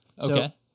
Okay